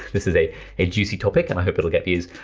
this is a a juicy topic and i hope it'll get views.